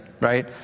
right